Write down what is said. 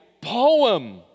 poem